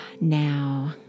now